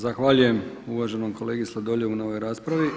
Zahvaljujem uvaženom kolegi Sladoljevu na ovoj raspravi.